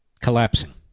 collapsing